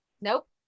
nope